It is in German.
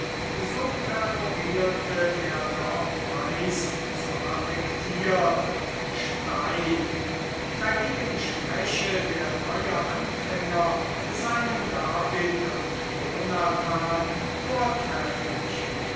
so peroriere er doch meist zu affektiert und steif dagegen spreche der neue anfänger seinen david und jonathan vortrefflich